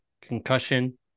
Concussion